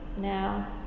now